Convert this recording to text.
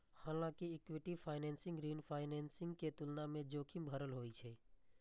हालांकि equity financing ऋण financing के तुलना मे जोखिम भरल होइ छै